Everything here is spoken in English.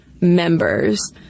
members